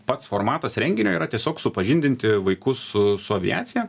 pats formatas renginio yra tiesiog supažindinti vaikus su su aviacija